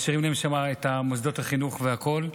משאירים להם שם את מוסדות החינוך והכול,